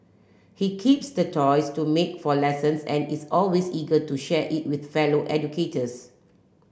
he keeps the toys to make for lessons and is always eager to share it with fellow educators